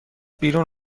بیرون